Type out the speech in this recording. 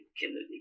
kennedy